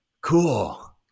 cool